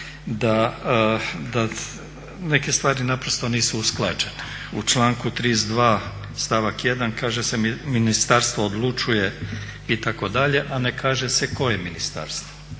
da neke stvari naprosto nisu usklađene. U članku 32. stavak 1. kaže se ministarstvo odlučuje itd., a ne kaže se koje ministarstvo.